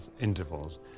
intervals